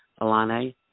alane